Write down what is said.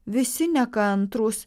visi nekantrūs